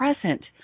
present